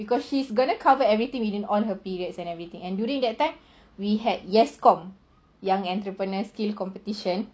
because she is going to cover everything within all her periods and everything and during that time we have Y_E_S_C_O_M young entrepreneur scheme competition